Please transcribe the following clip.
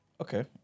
Okay